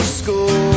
school